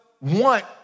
want